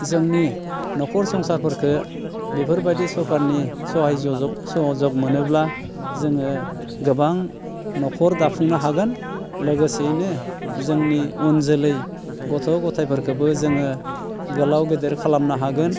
जोंनि न'खर संसारफोरखौ बेफोरबायदि सोरखारनि सहाय सह'ज'ग मोनोब्ला जोङो गोबां न'खर दाफुंनो हागोन लोगोसेयैनो जोनि इयुन जोलै गथ' गथाइफोरखौबो जोङो गोलाव गेदेर खालामनो हागोन